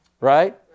Right